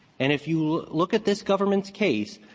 and if you look at this government's case,